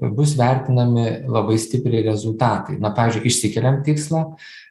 bus vertinami labai stipriai rezultatai na pavyzdžiui išsikeliam tikslą